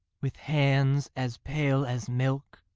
with hands as pale as milk